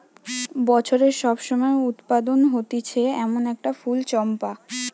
বছরের সব সময় উৎপাদন হতিছে এমন একটা ফুল চম্পা